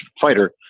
fighter